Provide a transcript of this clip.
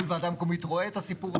הוועדה המקומית רואה את הסיפור הזה.